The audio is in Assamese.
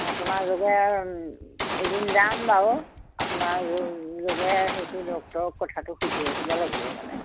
আপোনাৰ যোগে এদিন যাম বাৰু আপোনাৰ যোগে সেইটো ডক্তৰক কথাটো সুধি আহিব লাগিব মানে